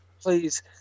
Please